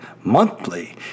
monthly